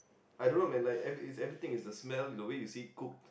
I don't know man like every it's everything it's the smell the way you see it cooked